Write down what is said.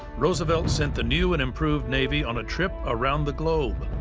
roosevelt sent the new and improved navy on a trip around the globe